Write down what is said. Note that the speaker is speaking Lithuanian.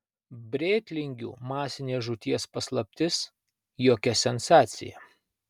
brėtlingių masinės žūties paslaptis jokia sensacija